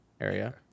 area